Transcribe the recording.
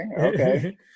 okay